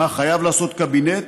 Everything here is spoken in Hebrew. מה חייב לעשות קבינט,